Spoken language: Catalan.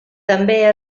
també